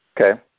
Okay